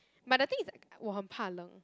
but the thing is 我很怕冷